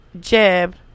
Jeb